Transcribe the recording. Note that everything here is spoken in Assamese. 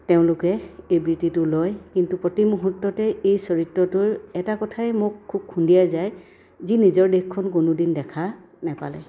তেওঁলোকে এই বৃত্তিটো লয় কিন্তু প্ৰতিটো মুহূৰ্ততেই এই চৰিত্ৰটোৰ এটা কথাই মোক খুব খুন্দিয়াই যায় যি নিজৰ দেশখন কোনোদিন দেখা নেপালে